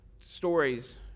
stories